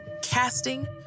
Casting